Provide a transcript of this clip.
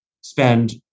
spend